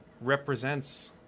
represents